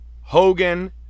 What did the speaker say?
Hogan